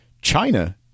China